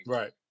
right